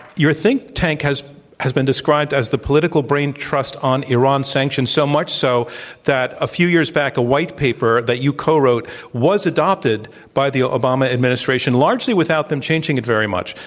your think tank has has been described as the political brain trust on iran sanctions so much so that a few years back, a white paper that you co wrote was adopted by the obama administration, largely without them changing it very much.